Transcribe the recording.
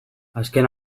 azken